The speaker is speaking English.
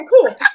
cool